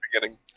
beginning